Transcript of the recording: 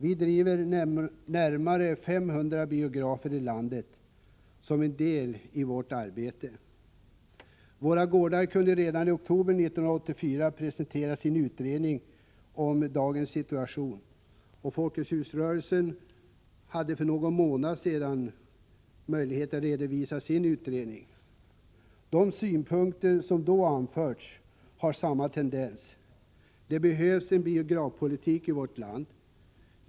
Vi driver närmare 500 biografer i landet som en del i vårr arbete. Våra Gårdar kunde redan i oktober 1984 presentera sin utredning om dagens situation, och Folkets hus-rörelsen kunde för någon månad sedan redovisa sin utredning. De synpunkter som anförts har samma tendens: Det behövs en biografpolitik i vårt land.